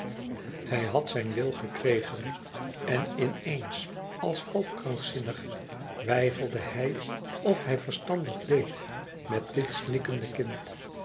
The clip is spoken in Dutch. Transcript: hij had zijn wil gekregen en in eens als half krankzinnig weifelde hij of hij verstandig deed met dit snikkende kind